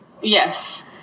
Yes